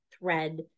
thread